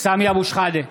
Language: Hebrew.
סמי אבו שחאדה,